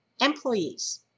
Employees